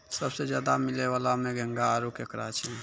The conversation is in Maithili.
सबसें ज्यादे मिलै वला में घोंघा आरो केकड़ा छै